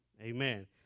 Amen